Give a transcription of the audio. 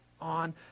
on